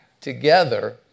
together